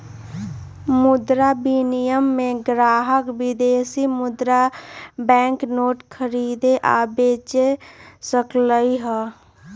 मुद्रा विनिमय में ग्राहक विदेशी मुद्रा बैंक नोट खरीद आ बेच सकलई ह